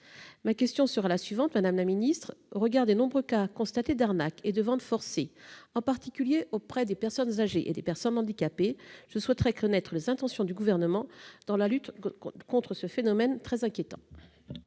Ma question sera la suivante, madame la secrétaire d'État : au regard des nombreux cas constatés d'arnaques et de ventes forcées, en particulier auprès des personnes âgées ou handicapées, je souhaiterais connaître les intentions du Gouvernement concernant la lutte contre ce phénomène inquiétant.